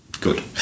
good